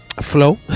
flow